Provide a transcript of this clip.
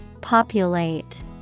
Populate